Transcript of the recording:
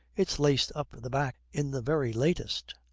it's laced up the back in the very latest